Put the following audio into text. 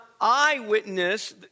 eyewitness